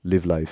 live life